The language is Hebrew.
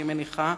אני מניחה